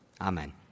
Amen